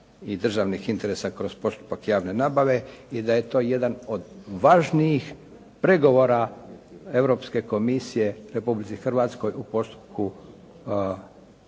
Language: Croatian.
i državnih interesa kroz postupak javne nabave i da je to jedan od važnijih pregovora Europske komisije u Republici Hrvatskoj u postupku